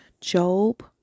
Job